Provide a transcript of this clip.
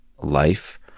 life